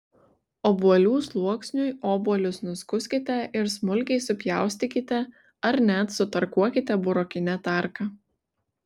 obuolių sluoksniui obuolius nuskuskite ir smulkiai supjaustykite ar net sutarkuokite burokine tarka